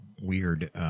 weird